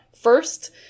first